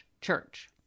church